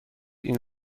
این